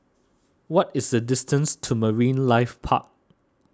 what is the distance to Marine Life Park